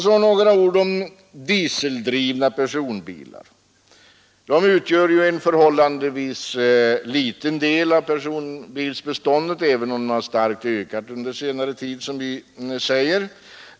Så några ord om dieseldrivna personbilar. De utgör ju en förhållandevis liten del av personbilsbeståndet, även om den starkt ökat under senare tid som vi säger.